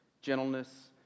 gentleness